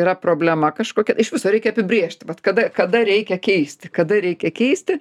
yra problema kažkokia iš viso reikia apibrėžti vat kada kada reikia keisti kada reikia keisti